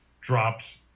drops